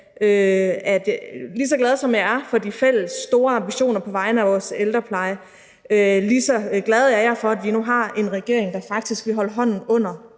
lige så glad som jeg er for de fælles store ambitioner på vegne af vores ældrepleje, lige så glad er jeg for, at vi nu har en regering, der faktisk vil holde hånden under